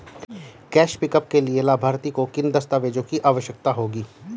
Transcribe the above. Cash pickup के लिए लाभार्थी को किन दस्तावेजों की आवश्यकता होगी?